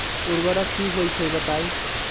उर्वरक की होई छई बताई?